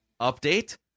update